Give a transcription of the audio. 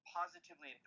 positively